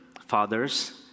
fathers